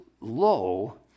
low